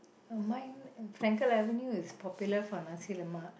mine in Frankel Avenue is famous for nasi-lemak